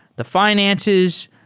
the finances.